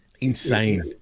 Insane